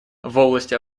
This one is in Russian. области